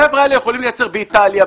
החבר'ה האלה יכולים לייצר באיטליה,